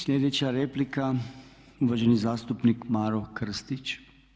Sljedeća replika uvaženi zastupnik Maro Kristić.